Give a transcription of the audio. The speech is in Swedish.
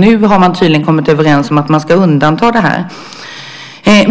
Nu har man tydligen kommit överens om att man ska undanta dem,